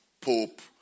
Pope